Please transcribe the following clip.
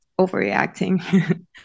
overreacting